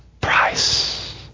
price